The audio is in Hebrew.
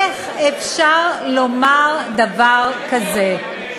איך אפשר לומר דבר כזה?